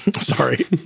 Sorry